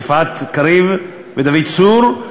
יפעת קריב ודוד צור,